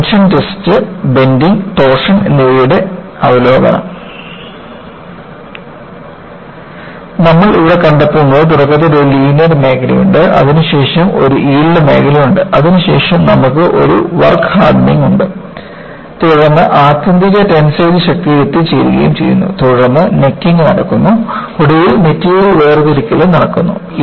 tension test bending torsion എന്നിവയുടെ അവലോകനം നമ്മൾ ഇവിടെ കണ്ടെത്തുന്നത് തുടക്കത്തിൽ ഒരു ലീനിയർ മേഖലയുണ്ട് അതിനുശേഷം ഒരു യീൽഡ് മേഖലയുണ്ട് അതിനുശേഷം നമുക്ക് ഒരു വർക്ക് ഹാർഡ്നിങ് ഉണ്ട് തുടർന്ന് ആത്യന്തിക ടെൻസൈൽ ശക്തിയിൽ എത്തിച്ചേരുകയും ചെയ്യുന്നു തുടർന്ന് നെക്കിങ് നടക്കുന്നു ഒടുവിൽ മെറ്റീരിയൽ വേർതിരിക്കലും നടക്കുന്നു